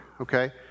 okay